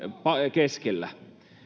keskellä